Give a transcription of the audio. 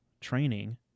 training